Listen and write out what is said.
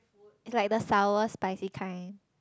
it's like the sour spicy kind